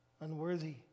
unworthy